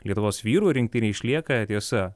lietuvos vyrų rinktinei išlieka tiesa